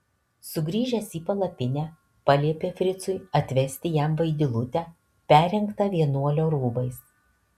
sugrįžęs į palapinę paliepė fricui atvesti jam vaidilutę perrengtą vienuolio rūbais